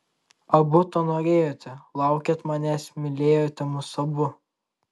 abu to norėjote laukėt manęs mylėjote mus abu